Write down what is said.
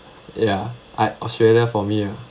ya I australia for me ah